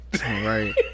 Right